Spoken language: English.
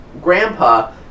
Grandpa